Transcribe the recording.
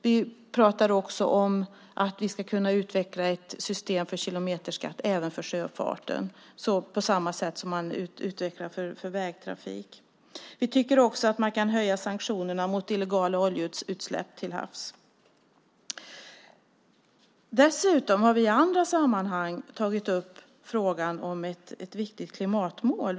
Vi pratar också om att vi ska kunna utveckla ett system för kilometerskatt även för sjöfarten på samma sätt som man har utvecklat den för vägtrafik. Vi tycker att man kan höja sanktionerna mot illegala oljeutsläpp till havs. Dessutom har vi i andra sammanhang tagit upp frågan om ett viktigt klimatmål.